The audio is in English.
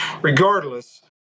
Regardless